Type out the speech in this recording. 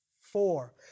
four